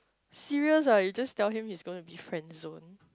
serious ah you just tell him he's gonna be friend-zoned